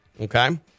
Okay